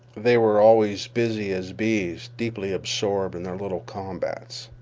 they were always busy as bees, deeply absorbed in their little combats.